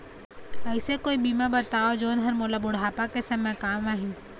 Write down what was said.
ऐसे कोई बीमा बताव जोन हर मोला बुढ़ापा के समय काम आही?